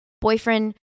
boyfriend